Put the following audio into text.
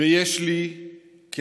ויש לי כמפקד,